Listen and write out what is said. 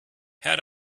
had